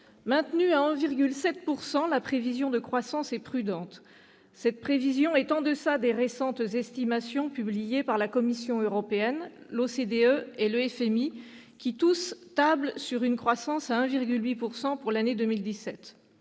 Maintenue à 1,7 %, la prévision de croissance est prudente. Cette prévision est en deçà des récentes estimations publiées par la Commission européenne, l'OCDE et le FMI qui tablent tous sur une croissance de 1,8 % pour l'année 2017.